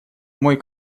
мой